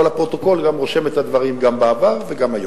אבל הפרוטוקול רושם את הדברים גם בעבר וגם היום.